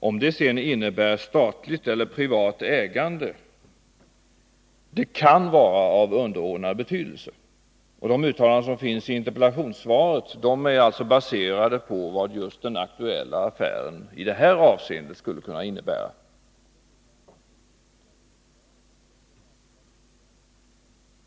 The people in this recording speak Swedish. Om det sedan innebär statligt eller privat ägande kan vara av underordnad betydelse. De uttalanden som finns i interpellationssvaret är baserade på vad den aktuella affären i det här avseendet skulle kunna innebära.